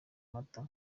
mata